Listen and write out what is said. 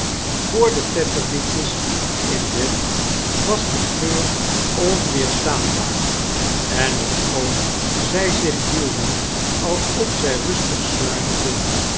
voor de tetterbytjes in bed was die genr onweerstaanbaar en ofschoon zq zich hielden alsof zij rustig sluimerden